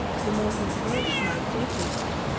the more he urged my taking them,